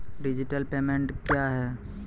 Digital payment क्या हैं?